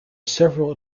several